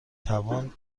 توان